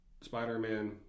Spider-Man